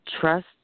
trust